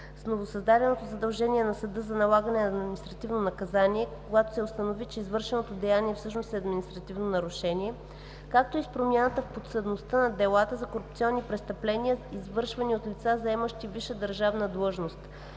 с новосъздаденото задължение на съда за налагане на административно наказание, когато се установи, че извършеното деяние всъщност е административно нарушение, както и с промяната в подсъдността на делата за корупционни престъпления, извършени от лица, заемащи висша държавна длъжност.